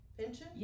Pension